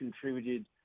contributed